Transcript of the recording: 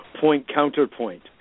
point-counterpoint